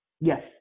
Yes